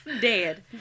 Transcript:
Dead